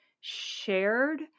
shared